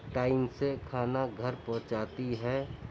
time سے کھانا گھر پہنچاتی ہے